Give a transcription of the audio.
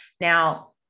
Now